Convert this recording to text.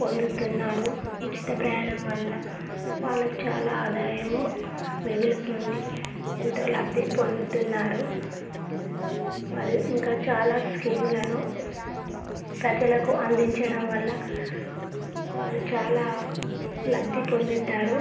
పొందుతున్నారు ఉచిత ప్రయాణం వల్ల వాళ్ళకు చాలా ఆదాయము మిగులుతుంది ఎంతో లబ్ది పొందుతున్నారు మరియు ఇంకా చాలా స్కీమ్లను ప్రజలకు అందించడం వల్ల వాళ్ళు చాలా లబ్ధి పొందుతారు